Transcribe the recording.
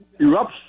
erupts